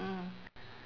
mm